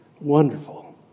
Wonderful